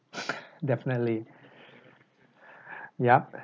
definitely yup